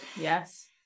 Yes